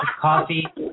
coffee